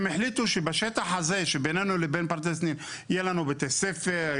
שהם החליטו שבשטח הזה שבינינו לבין פרדס שניר יהיה לנו בתי ספר,